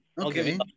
Okay